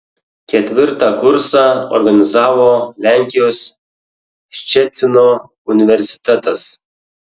ketvirtą kursą organizavo lenkijos ščecino universitetas